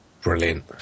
Brilliant